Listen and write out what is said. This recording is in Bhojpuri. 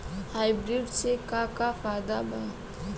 हाइब्रिड से का का फायदा बा?